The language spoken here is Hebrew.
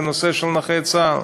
לנושא של נכי צה"ל.